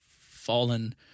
fallen